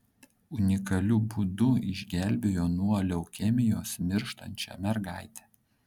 unikaliu būdu išgelbėjo nuo leukemijos mirštančią mergaitę